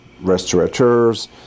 restaurateurs